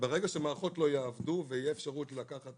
ברגע שמערכות לא יעבדו, ותהיה אפשרות לקחת